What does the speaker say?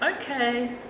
okay